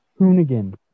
Hoonigan